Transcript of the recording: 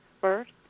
first